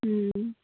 अँ